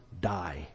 die